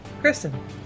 Kristen